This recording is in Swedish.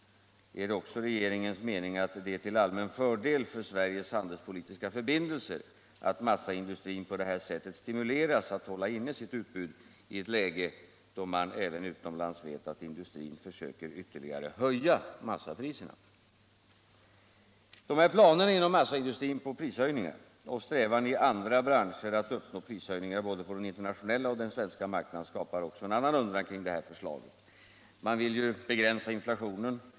Är det också regeringens mening att det är till allmän fördel för Sveriges handelspolitiska förbindelser att massaindustrin på det här sättet stimuleras att hålla inne sitt utbud i ett läge då man även utomlands vet att industrin försöker ytterligare höja massapriserna? Planerna inom massaindustrin på prishöjningar och strävan i andra branscher att uppnå prishöjningar både på den internationella och på den svenska marknaden skapar också en annan undran kring det här förslaget. Man vill ju begränsa inflationen.